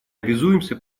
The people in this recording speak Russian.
обязуемся